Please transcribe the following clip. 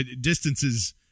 distances